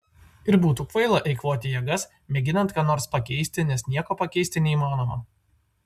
ir būtų kvaila eikvoti jėgas mėginant ką nors pakeisti nes nieko pakeisti neįmanoma